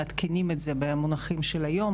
מעדכנים את זה במונחים של היום.